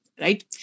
right